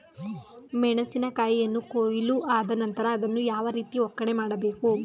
ಮೆಣಸಿನ ಕಾಯಿಯನ್ನು ಕೊಯ್ಲು ಆದ ನಂತರ ಅದನ್ನು ಯಾವ ರೀತಿ ಒಕ್ಕಣೆ ಮಾಡಬೇಕು?